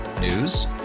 News